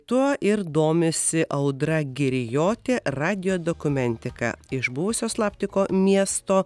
tuo ir domisi audra girijotė radijo dokumentika iš buvusio slaptiko miesto